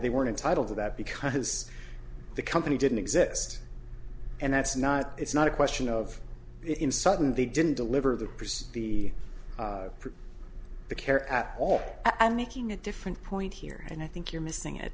they weren't entitled to that because the company didn't exist and that's not it's not a question of in sudden they didn't deliver the produce the proof the care at all i'm making a different point here and i think you're missing it